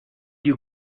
you